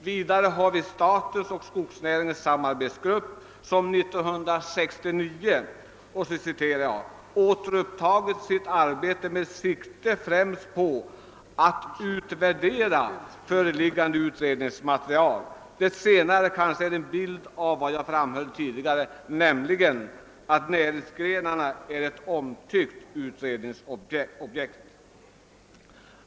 Vidare har Statens och skogsnäringarnas samarbetsgrupp 1969 återupptagit sitt arbete med sikte främst på att utvärdera föreliggande utredningsmaterial. Det senare förhållandet illustrerar kanske vad jag tidigare framhöll, nämligen att näringsgrenen är ett omtyckt utredningsobjekt.